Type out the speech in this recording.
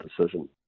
decision